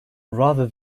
rather